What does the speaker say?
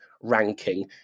ranking